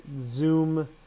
Zoom